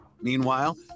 Meanwhile